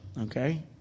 Okay